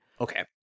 Okay